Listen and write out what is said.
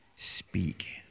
Speak